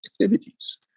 activities